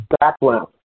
background